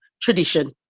tradition